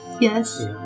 yes